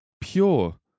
pure